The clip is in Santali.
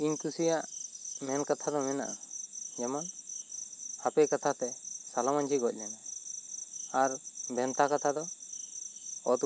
ᱤᱧ ᱠᱩᱥᱤᱭᱟᱜ ᱢᱮᱱ ᱠᱟᱛᱷᱟ ᱫᱚ ᱢᱮᱱᱟᱜᱼᱟ ᱡᱮᱢᱚᱱ ᱦᱟᱯᱮ ᱠᱟᱛᱷᱟ ᱛᱮ ᱥᱟᱞᱚ ᱢᱟᱹᱡᱷᱤ ᱜᱚᱡ ᱞᱮᱱ ᱟᱨ ᱵᱷᱮᱱᱛᱟ ᱠᱟᱛᱷᱟ ᱫᱚ ᱚᱛ ᱩᱴᱟᱹ